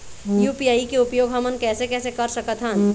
UPI के उपयोग हमन कैसे कैसे कर सकत हन?